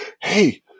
Hey